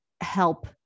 help